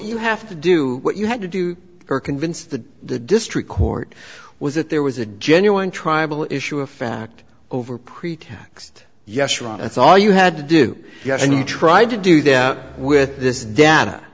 you have to do what you had to do or convince the the district court was that there was a genuine tribal issue a fact over pretext yes right that's all you had to do yet and you tried to do that with this data